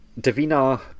Davina